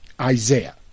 Isaiah